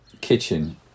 kitchen